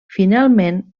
finalment